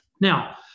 Now